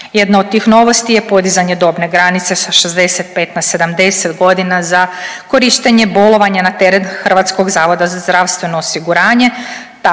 Jedna od tih novosti je podizanje dobne granice sa 65. na 70.g. za korištenje bolovanja na teret HZZO-a. Tako su trenutačno poslodavci